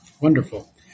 Wonderful